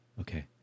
Okay